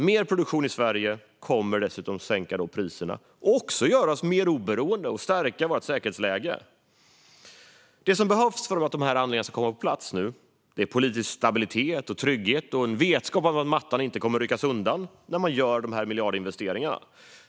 Mer produktion i Sverige kommer att sänka de priserna. Det kommer också att göra oss mer oberoende och stärka vårt säkerhetsläge. Det som behövs för att de här anläggningarna ska komma på plats är politisk stabilitet och trygghet och en vetskap om att mattan inte kommer att ryckas undan när man gör dessa miljardinvesteringar.